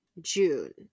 June